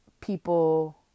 people